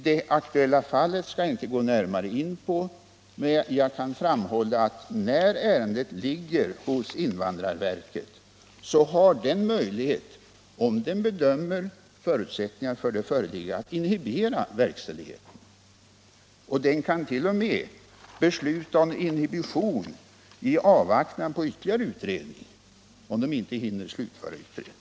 Det aktuella ärendet skall jag inte gå närmare in på, men jag kan framhålla att invandrarverket, när ärendet ligger hos detta och om det bedömer förutsättningar för det föreligga, har möjlighet att inhibera verkställigheten. Verket kan t.o.m. besluta om inhibering i avvaktan på ytterligare utredning, om det inte hinner slutföra behandlingen i tid.